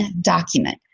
document